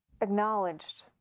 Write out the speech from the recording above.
acknowledged